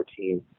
2014